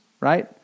right